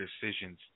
decisions